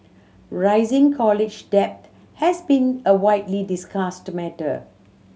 rising college debt has been a widely discussed matter